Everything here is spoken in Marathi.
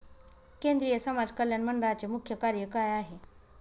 केंद्रिय समाज कल्याण मंडळाचे मुख्य कार्य काय आहे?